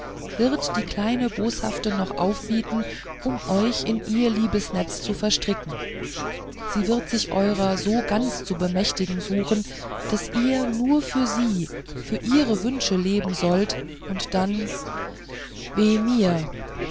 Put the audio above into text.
wird die kleine boshafte noch aufbieten um euch in ihr liebesnetz zu verstricken sie wird sich eurer so ganz zu bemächtigen suchen daß ihr nur für sie für ihre wünsche leben sollt und dann weh mir